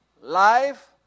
life